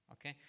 Okay